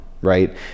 right